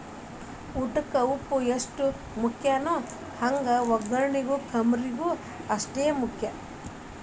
ಊಟಕ್ಕ ಉಪ್ಪು ಎಷ್ಟ ಮುಖ್ಯಾನೋ ಹಂಗ ವಗ್ಗರ್ನಿಗೂ ಕರ್ಮೇವ್ ಅಷ್ಟ ಮುಖ್ಯ